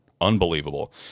unbelievable